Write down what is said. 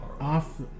off